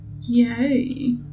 Yay